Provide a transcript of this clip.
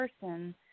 person